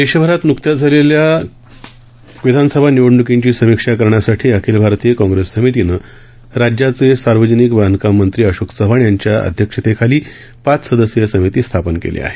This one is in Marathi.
देशभरात नुकत्याच झालेल्या विधानसभा निवडणुकींची समीक्षा करण्यासा ी अखिल भारतीय काँग्रेस समितीनं राज्याचे सार्वजनिक बांधकाम मंत्री अशोक चव्हाण यांच्या अध्यक्षतेखाली पाच सदस्यीय समिती स्थापन केली आहे